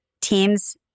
teams